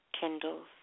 kindles